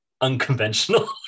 unconventional